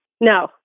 No